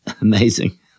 amazing